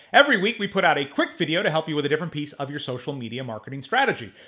every week we put out a quick video to help you with a different piece of your social media marketing strategy.